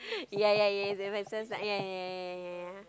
ya ya ya it make sense lah ya ya ya ya ya